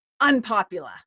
unpopular